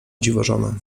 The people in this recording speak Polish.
dziwożona